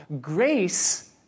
grace